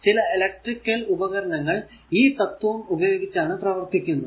എന്നാൽ ചില ഇലെക്ട്രിക്കൽ ഉപകരണങ്ങൾ ഈ തത്വം ഉപയോഗിച്ചാണ് പ്രവർത്തിക്കുന്നത്